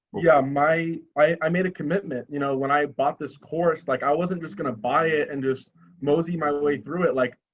yeah, my i made a commitment. you know, when i bought this course, like, i wasn't just gonna buy it and just mosey my way through it. like,